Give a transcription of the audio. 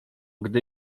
gdy